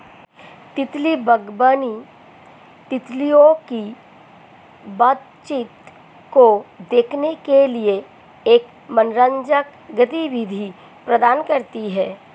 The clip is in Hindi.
तितली बागवानी, तितलियों की बातचीत को देखने के लिए एक मनोरंजक गतिविधि प्रदान करती है